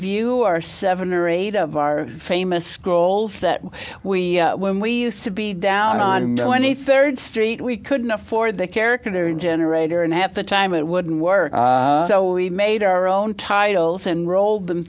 view are seven or eight of our famous scrolls that we when we used to be down on rd street we couldn't afford the character generator and half the time it wouldn't work so we made our own titles and rolled them